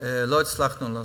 שלא הצלחנו לעשות.